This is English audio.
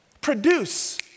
Produce